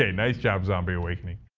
ah nice job zombie awakening.